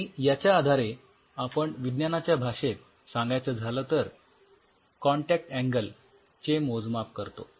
आणि याच्या आधारे आपण विज्ञानाच्या भाषेत सांगायचं झालं तर कॉन्टॅक्ट अँगल चे मोजमाप करतो